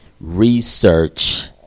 research